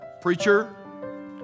Preacher